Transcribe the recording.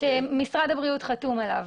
שמשרד הבריאות חתום עליו.